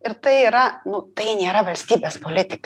ir tai yra nu tai nėra valstybės politika